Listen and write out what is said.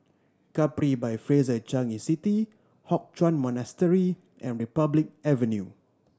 Capri by Fraser Changi City Hock Chuan Monastery and Republic Avenue